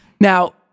Now